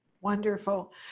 Wonderful